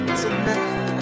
tonight